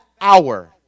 hour